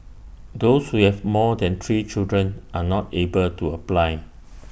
those we have more than three children are not able to apply